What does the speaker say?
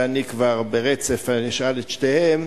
ואני אשאל ברצף את שתיהן,